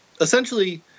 Essentially